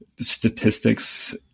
statistics